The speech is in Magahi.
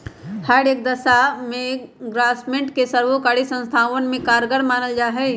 हर एक दशा में ग्रास्मेंट के सर्वकारी संस्थावन में कारगर मानल जाहई